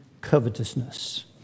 covetousness